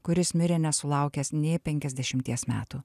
kuris mirė nesulaukęs nė penkiasdešimties metų